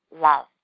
love